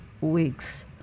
weeks